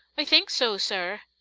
i think so, sir,